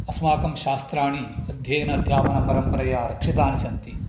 अस्माकं शास्त्राणि अध्ययन अध्यापनपरम्परया रक्षितानि सन्ति